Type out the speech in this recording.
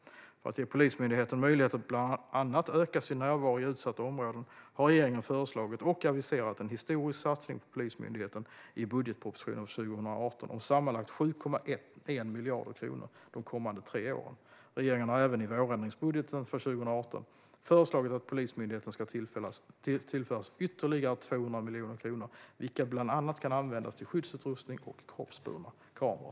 För att ge Polismyndigheten möjlighet att bland annat öka sin närvaro i utsatta områden har regeringen föreslagit och aviserat en historisk satsning på Polismyndigheten i budgetpropositionen för 2018 om sammanlagt 7,1 miljarder kronor de kommande tre åren. Regeringen har även i vårändringsbudgeten för 2018 föreslagit att Polismyndigheten ska tillföras ytterligare 200 miljoner kronor, vilka bland annat kan användas till skyddsutrustning och kroppsburna kameror.